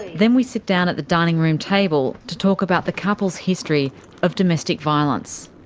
then we sit down at the dining room table to talk about the couple's history of domestic violence.